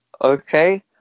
Okay